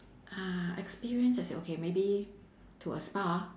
uh experience as in okay maybe to a spa